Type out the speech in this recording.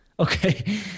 Okay